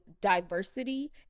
diversity